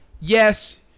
yes